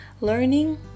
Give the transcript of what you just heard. learning